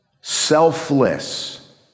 selfless